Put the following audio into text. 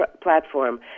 platform